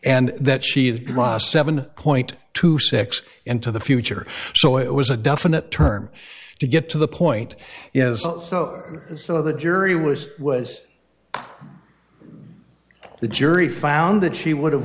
and that she'd lost seven twenty six into the future so it was a definite term to get to the point is some of the jury was was the jury found that she would have